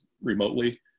remotely